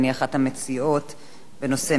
בנושא מפעל "קיקה" כדוגמה לשבריריות